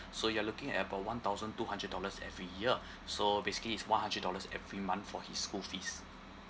so you're looking at about one thousand two hundred dollars every year so basically it's one hundred dollars every month for his school fees